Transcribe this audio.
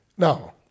Now